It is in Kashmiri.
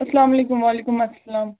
اَسلام علیکُم وعلیکُم اسلام